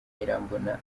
irambona